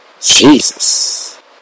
Jesus